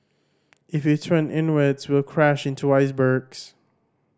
if we turn inwards we'll crash into icebergs